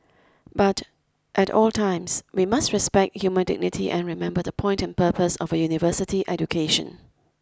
but at all times we must respect human dignity and remember the point and purpose of a university education